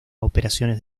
operaciones